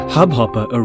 Hubhopper